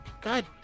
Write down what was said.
god